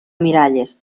miralles